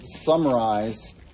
summarize